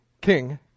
king